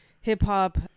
hip-hop